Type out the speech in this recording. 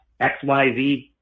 XYZ